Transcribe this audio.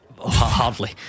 Hardly